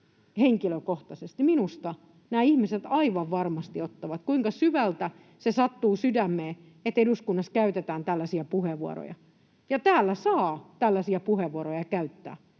henkilökohtaisesti? Minusta nämä ihmiset aivan varmasti ottavat. Kuinka syvälle se sattuu sydämeen, että eduskunnassa käytetään tällaisia puheenvuoroja ja että täällä saa tällaisia puheenvuoroja käyttää